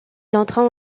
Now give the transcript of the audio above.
entra